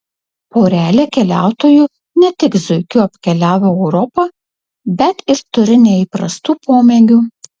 porelė keliautojų ne tik zuikiu apkeliavo europą bet ir turi neįprastų pomėgių